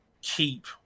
keep